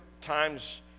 times